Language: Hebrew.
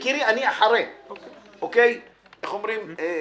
כפי שאומרים,